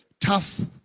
tough